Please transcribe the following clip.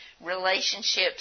relationships